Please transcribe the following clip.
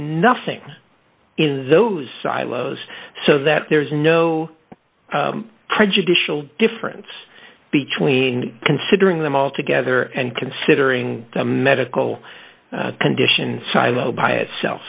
nothing in those silos so that there's no prejudicial difference between considering them all together and considering the medical condition silo by itself